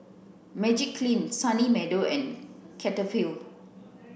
Magiclean Sunny Meadow and Cetaphil